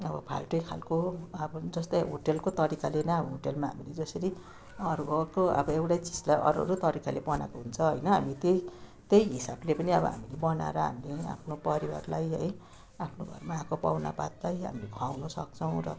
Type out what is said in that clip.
अब फाल्टै खालको अब जस्तै होटेलको तरिकाले नै अब होटेलमा हामीले जसरी अरू अर्को अब एउटै चिजलाई अरू अरू तरिकाले बनाएको हुन्छ होइन हामी त्यही त्यही हिसाबले पनि अब हामीले बनाएर हामीले आफ्नो परिवारलाई है आफ्नो घरमा आएको पाहुनापातलाई हामीले खुवाउन सक्छौँ र अब कसैले